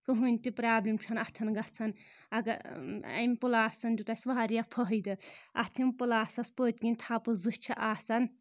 کٕہٕینۍ تہِ پرابلم چھےٚ نہٕ اتھن گژھان اگر اَمہِ پٔلاسن دیُت اَسہِ واریاہ فٲیدٕ اتھ یِم پٔلاسس پٔتۍ کِنۍ تھپہٕ زٕ چھِ آسان